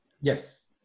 Yes